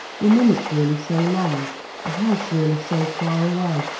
were minutes really so long the house really so far away?